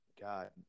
God